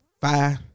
five